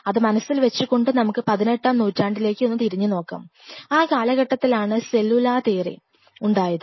അത് മനസ്സിൽ വച്ചുകൊണ്ട് നമുക്ക് പതിനെട്ടാം നൂറ്റാണ്ടിലേക്ക് ഒന്ന് തിരിഞ്ഞു നോക്കാം ആ കാലഘട്ടത്തിലാണ് സെല്ലുലാർ തിയറി ഉണ്ടായത്